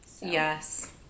Yes